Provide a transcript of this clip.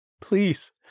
Please